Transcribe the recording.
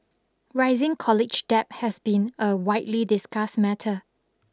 rising college debt has been a widely discussed matter